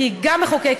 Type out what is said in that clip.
כי היא גם מחוקקת,